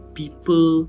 people